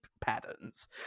patterns